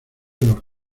los